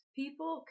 People